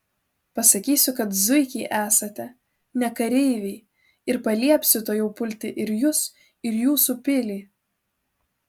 pasakysiu kad zuikiai esate ne kareiviai ir paliepsiu tuojau pulti ir jus ir jūsų pilį